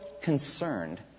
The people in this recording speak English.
concerned